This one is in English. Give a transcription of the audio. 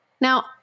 now